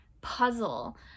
puzzle